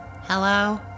Hello